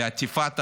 לעטיפת ההנאה.